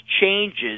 changes